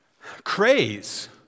Craze